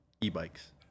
e-bikes